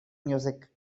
music